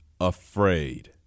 Afraid